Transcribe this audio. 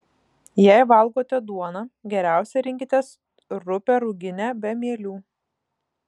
jei valgote duoną geriausia rinkitės rupią ruginę be mielių